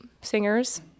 singers